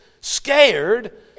scared